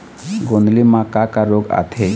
गोंदली म का का रोग आथे?